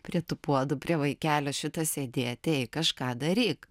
prie tų puodų prie vaikelio šitą sėdėti eik kažką daryk